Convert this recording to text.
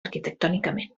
arquitectònicament